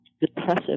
depressive